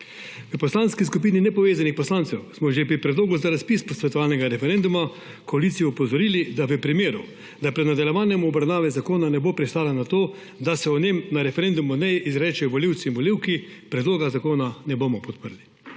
V Poslanski skupini nepovezanih poslancev smo že pri predlogu za razpis posvetovalnega referenduma koalicijo opozorili, da v primeru, da pred nadaljevanjem obravnave zakona ne bo pristala na to, da se naj o njem na referendumu izrečejo volivke in volivci, predloga zakona ne bomo podprli.